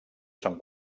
són